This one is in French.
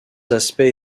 aspects